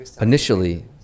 Initially